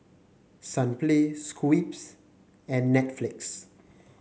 Sunplay Schweppes and Netflix